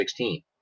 16